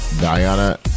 Diana